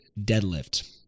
deadlift